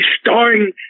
starring